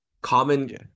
Common